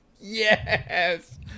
Yes